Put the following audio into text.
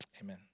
Amen